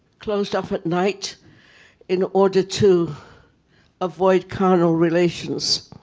closed off at night in order to avoid carnal relations?